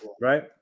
Right